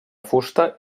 fusta